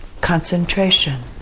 concentration